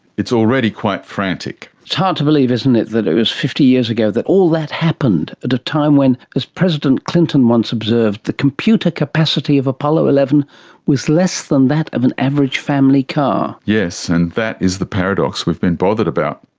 it's already quite frantic. it's hard to believe isn't it that it was fifty years ago that all that happened, at a time when, as president clinton once observed, the computer capacity of apollo eleven was less than that of an average family car. yes. and that is paradox we've been bothered about.